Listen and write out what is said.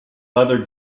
leather